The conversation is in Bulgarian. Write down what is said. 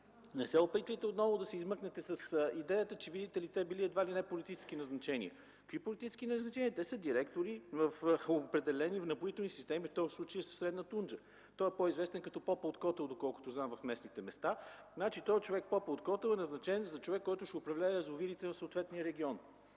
Не се опитвайте отново да се измъкнете с идеята, че, видите ли, те били едва ли не политически назначения. Какви политически назначения? Те са директори в определени „Напоителни системи”, и в случая със Средна Тунджа – той е по-известен като Попа от Котел, доколкото знам, в околността. Този човек – Попът от Котел, е назначен за човек, който ще управлява язовирите в съответния регион.